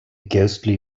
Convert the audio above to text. ghostly